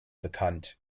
bekannt